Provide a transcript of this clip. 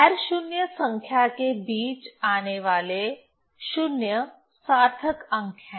गैर शून्य संख्या के बीच आने वाले शून्य सार्थक अंक हैं